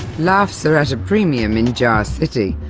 laughs are at a premium in jar city,